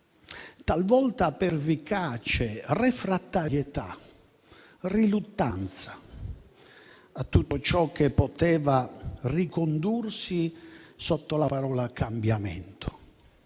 talvolta pervicaci, refrattarietà e riluttanza a tutto ciò che poteva ricondursi alla parola «cambiamento».